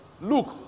Look